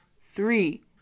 Three